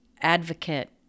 advocate